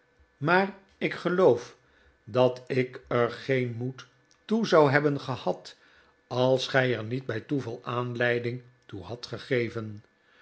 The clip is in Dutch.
maar ik geloof dat ik er geen moed toe zou hebben gehad als gij er niet bij toeval aanleiding toe hadt gegeven